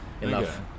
enough